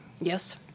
Yes